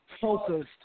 focused